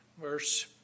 Verse